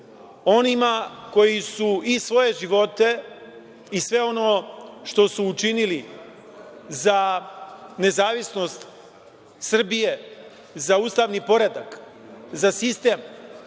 koji su i svoje živote i sve ono što su učinili za nezavisnost Srbije, za ustavni poredak, za sistem,